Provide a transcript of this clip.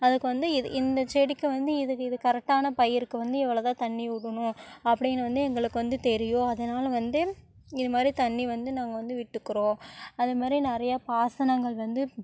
அதுக்கு வந்து இது இந்த செடிக்கு வந்து இதுக்கு இது கரெக்டான பயிருக்கு வந்து இவ்வளோ தான் தண்ணி விடுணும் அப்படின்னு வந்து எங்களுக்கு வந்து தெரியும் அதனால வந்து இது மாதிரி தண்ணி வந்து நாங்கள் வந்து விட்டுக்குறோம் அதே மாதிரி நிறைய பாசனங்கள் வந்து